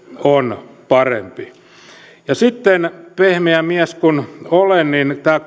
on parempi sitten pehmeä mies kun olen tämä